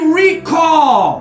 recall